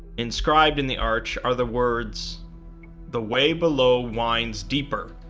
inscribed in the arch are the words the way below winds deeper,